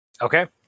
Okay